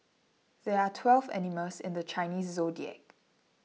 there are twelve animals in the Chinese zodiac